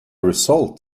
result